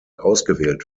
ausgewählt